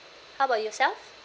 how about yourself